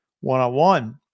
one-on-one